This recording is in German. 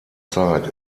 zeit